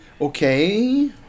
okay